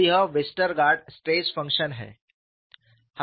तो यह Westergaard stress function Westergaard's Stress Function है